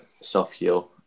self-heal